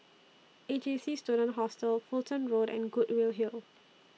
A J C Student Hostel Fulton Road and Goodwood Hill